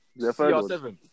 CR7